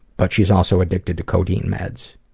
but she's also addicted to codeine meds.